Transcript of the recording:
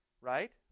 Right